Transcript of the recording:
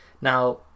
Now